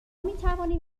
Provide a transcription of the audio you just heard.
میتوانیم